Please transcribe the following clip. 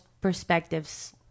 perspectives